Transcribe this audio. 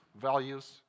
values